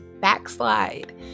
backslide